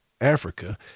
Africa